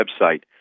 website